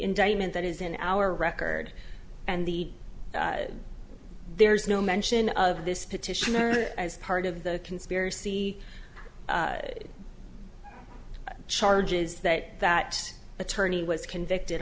indictment that is in our record and the there is no mention of this petition or as part of the conspiracy charges that that attorney was convicted